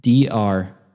dr